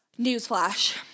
Newsflash